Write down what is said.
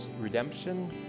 redemption